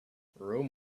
rome